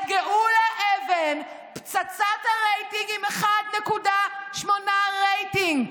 את גאולה אבן, פצצת הרייטינג, עם 1.8 רייטינג.